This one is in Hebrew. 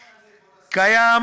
אבל מי אחראי לזה, כבוד השר?